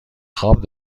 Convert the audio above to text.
خواب